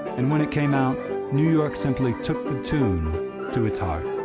and when it came out new york simply took the tune to its heart.